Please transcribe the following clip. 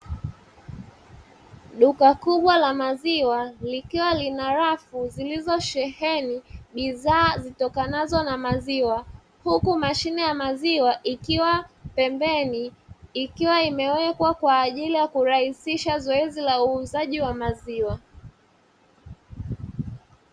Duka kubwa la maziwa likiwa na rafu lililosheheni bidhaa zitokanazo na maziwa, huku mashine ya maziwa ikiwa pembeni ikiwa imewekwa kwa ajili ya kurahisisha zoezi ya uuzaji wa maziwa.